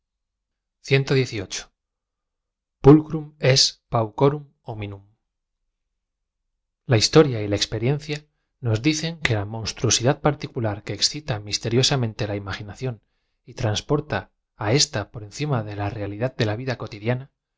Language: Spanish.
paueorttm hominum l a historia y la experiencia nos dicen que la mons truosidad particular que excita misteriosamente la imaginación y transporta á ésta por encima de la rea lidad de la vid a cotidiana